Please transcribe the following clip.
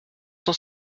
cent